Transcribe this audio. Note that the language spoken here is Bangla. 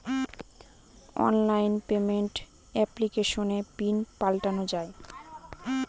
অনলাইন পেমেন্ট এপ্লিকেশনে পিন পাল্টানো যায়